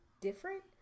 different